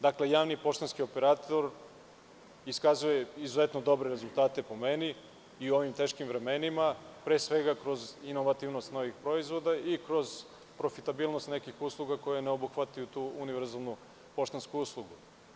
Dakle, javni poštanski operator iskazuje izuzetno dobre rezultate, po meni, i u ovim teškim vremenima, pre svega kroz inovativnost novih proizvoda i kroz profitabilnost nekih usluga koji ne obuhvataju tu univerzalnu poštansku uslugu.